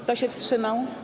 Kto się wstrzymał?